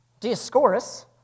Dioscorus